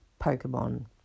Pokemon